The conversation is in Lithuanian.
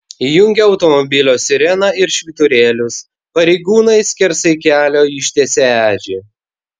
įjungę automobilio sireną ir švyturėlius pareigūnai skersai kelio ištiesė ežį